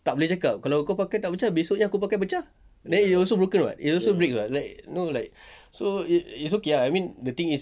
tak boleh cakap kalau kau pakai tak pecah esok aku pakai pecah eh you also broken [what] it'll also break [what] like know like so it's okay lah I mean the thing is